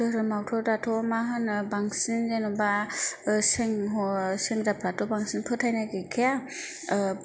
धोरामावथ' दाथ' मा होनो बांसिन जेनेबा सेंग्राफोराथ' बांसिन फोथायनाय गैखाया